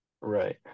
Right